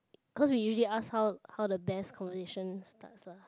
cause we usually ask how how the best conversations starts lah